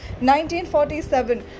1947